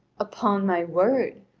upon my word,